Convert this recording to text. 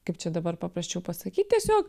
kaip čia dabar paprasčiau pasakyt tiesiog